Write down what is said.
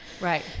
Right